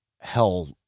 hell